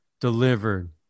delivered